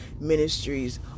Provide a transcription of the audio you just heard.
Ministries